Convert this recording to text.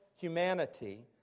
humanity